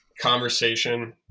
conversation